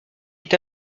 est